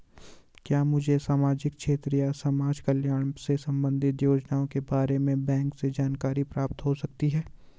क्या मुझे सामाजिक क्षेत्र या समाजकल्याण से संबंधित योजनाओं के बारे में बैंक से जानकारी प्राप्त हो सकती है?